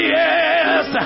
yes